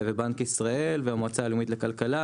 ובנק ישראל והמועצה הלאומית לכלכלה,